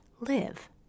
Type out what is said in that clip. live